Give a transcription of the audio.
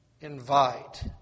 invite